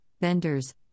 vendors